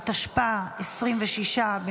התשפ"ה 2024,